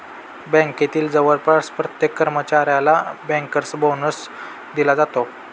बँकेतील जवळपास प्रत्येक कर्मचाऱ्याला बँकर बोनस दिला जातो